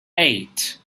eight